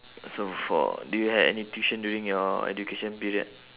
so for do you had any tuition during your education period